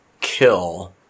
kill